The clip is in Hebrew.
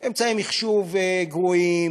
אמצעי מחשוב גרועים,